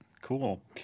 Cool